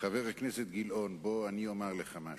חבר הכנסת גילאון, בוא אני אומר לך משהו.